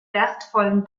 wertvollen